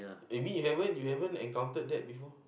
you mean you haven't you haven't encountered that before